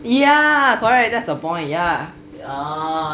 ya correct that's the point ya